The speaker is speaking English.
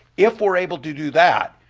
if we're able too do that,